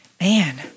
Man